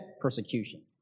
persecution